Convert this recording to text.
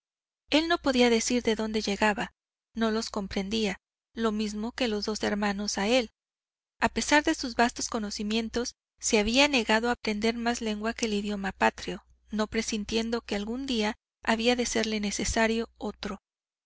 él no podía decir de dónde llegaba no los comprendía lo mismo que los dos hermanos a él a pesar de sus vastos conocimientos se había negado a aprender más lengua que el idioma patrio no presintiendo que algún día había de serle necesario otro